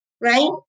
right